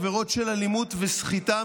עבירות של אלימות וסחיטה,